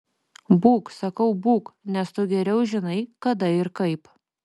būk sakau būk nes tu geriau žinai kada ir kaip